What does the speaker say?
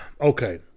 okay